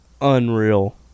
Unreal